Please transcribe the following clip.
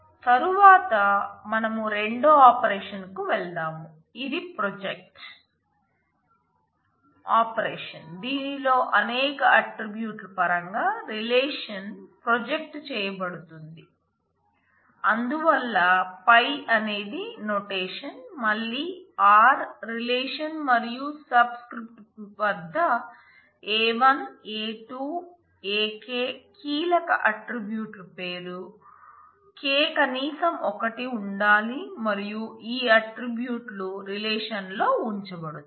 తరువాత మనం రెండో ఆపరేషన్ అనేది నోటేషన్ మళ్లీ r రిలేషన్ మరియు సబ్ స్క్రిప్ట్ వద్ద A 1 A 2 A k కీలక ఆట్రిబ్యూట్ పేర్లు k కనీసం ఒకటి ఉండాలి మరియు ఈ ఆట్రిబ్యూట్లు రిలేషన్లో ఉంచబడతాయి